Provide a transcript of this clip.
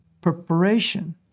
preparation